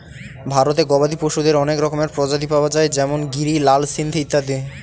ভারতে গবাদি পশুদের অনেক রকমের প্রজাতি পাওয়া যায় যেমন গিরি, লাল সিন্ধি ইত্যাদি